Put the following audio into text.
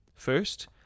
First